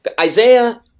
Isaiah